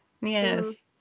Yes